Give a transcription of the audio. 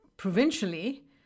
Provincially